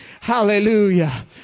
Hallelujah